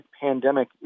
pandemic